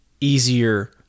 easier